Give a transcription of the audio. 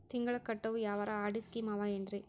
ತಿಂಗಳ ಕಟ್ಟವು ಯಾವರ ಆರ್.ಡಿ ಸ್ಕೀಮ ಆವ ಏನ್ರಿ?